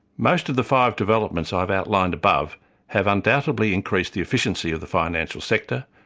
most of the five developments i've outlined above have undoubtedly increased the efficiency of the financial sector,